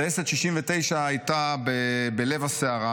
טייסת 69 הייתה בלב הסערה,